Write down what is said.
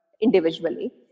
individually